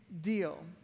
deal